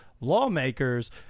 lawmakers